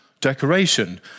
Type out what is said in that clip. decoration